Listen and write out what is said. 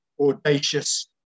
audacious